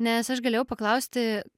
nes aš galėjau paklausti